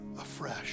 afresh